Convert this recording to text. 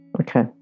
okay